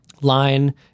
line